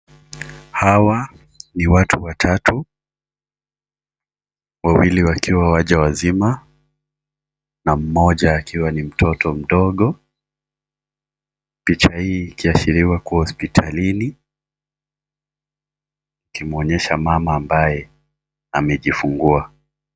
Hawa ni watu watatu, wawili wakiwa wajawazima, na mmoja akiwa ni mtoto mdogo. Picha hii ikiashiriwa kuwa hospitalini, ikimwonyesha mama ambaye amejifungua.